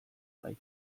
bai